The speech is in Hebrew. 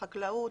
חקלאות,